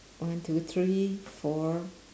one two three four